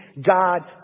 God